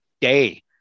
day